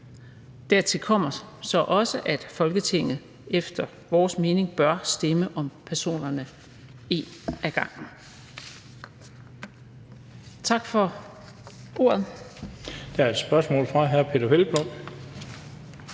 Dertil kommer så også, at Folketinget efter vores mening bør stemme om personerne en ad gangen.